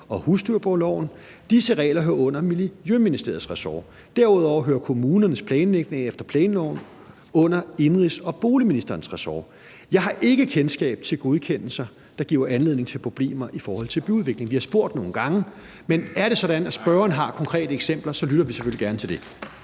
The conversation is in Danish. og husdyrbrugloven. Disse regler hører under Miljøministeriets ressort. Derudover hører kommunernes planlægning efter planloven under indenrigs- og boligministerens ressort. Jeg har ikke kendskab til godkendelser, der giver anledning til problemer i forhold til byudvikling. Vi har spurgt nogle gange, men er det sådan, at spørgeren har konkrete eksempler, lytter vi selvfølgelig gerne til det.